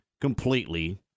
completely